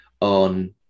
on